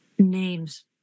names